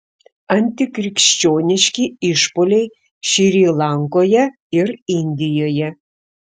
antikrikščioniški išpuoliai šri lankoje ir indijoje